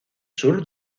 sur